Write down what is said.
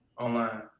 online